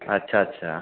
अच्छा अच्छा